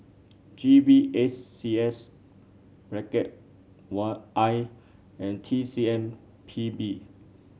G V S C S one I and T C M P B